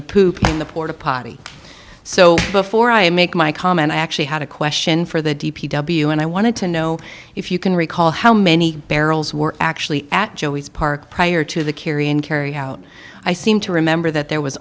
the poop in the porta potty so before i make my comment i actually had a question for the d p w and i wanted to know if you can recall how many barrels were actually at joey's park prior to the curie and carry out i seem to remember that there was